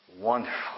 Wonderful